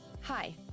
Hi